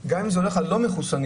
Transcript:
אגב, אולי לגבי לא מחוסנים